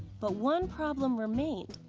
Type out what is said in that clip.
but one problem remained.